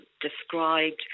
described